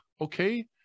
Okay